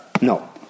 no